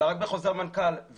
אלא רק בחוזר מנכ"ל.